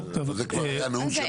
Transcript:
זה כבר יהיה הנאום שלך.